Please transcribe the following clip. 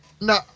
No